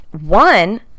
One